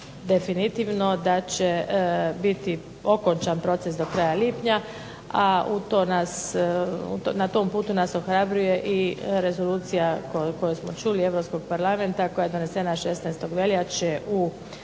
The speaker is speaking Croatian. definitivno da će biti okončan proces do kraja lipnja, a na tom putu nas ohrabruje i rezolucija o kojoj smo čuli, Europskog parlamenta koja je donesena 16. veljače u